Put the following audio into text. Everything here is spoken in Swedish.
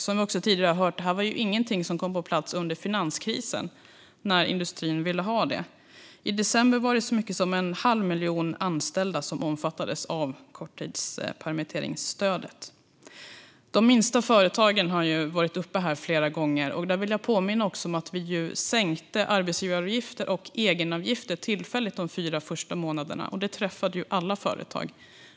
Som vi tidigare har hört var det ingenting som kom på plats under finanskrisen när industrin ville ha det. I december var det så många som en halv miljon anställda som omfattades av stödet till korttidspermittering. Frågan om de minsta företagen har varit uppe flera gånger. Jag vill påminna om att arbetsgivaravgifter och egenavgifter tillfälligt sänktes de fyra första månaderna. Den sänkningen träffade alla företag.